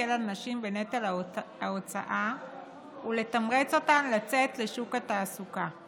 להקל על נשים בנטל ההוצאה ולתמרץ אותן לצאת לשוק התעסוקה.